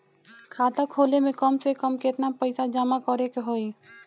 खाता खोले में कम से कम केतना पइसा जमा करे के होई?